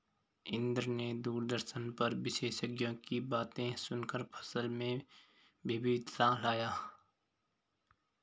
इंद्र ने दूरदर्शन पर विशेषज्ञों की बातें सुनकर फसल में विविधता लाया